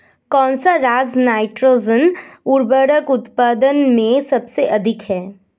कौन सा राज नाइट्रोजन उर्वरक उत्पादन में सबसे अधिक है?